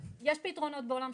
יש פתרונות בעולם,